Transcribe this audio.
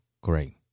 Great